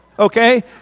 okay